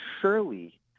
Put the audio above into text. surely